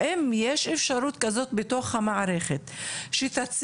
האם יש אפשרות כזאת בתוך המערכת שתציב,